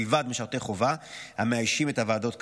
מלבד משרתי החובה המאיישים את הוועדות כיום.